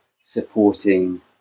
supporting